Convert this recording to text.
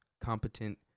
Competent